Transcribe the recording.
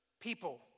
people